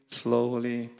slowly